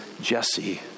jesse